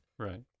Right